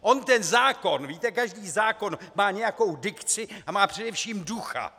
On ten zákon, víte, každý zákon má nějakou dikci a má především ducha.